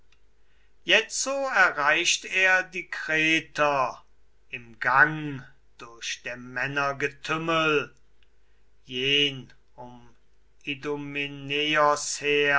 jetzo erreicht er die kreter im gang durch der männer getümmel jen um